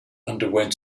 underwent